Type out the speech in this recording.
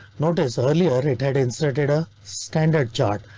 notice earlier it had inserted a standard chart.